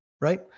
right